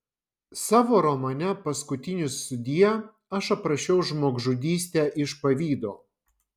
savo romane paskutinis sudie aš aprašiau žmogžudystę iš pavydo